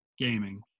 gaming